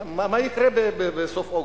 למה, מה יקרה בסוף אוגוסט?